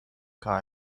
black